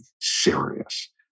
serious